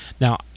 Now